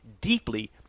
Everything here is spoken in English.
deeply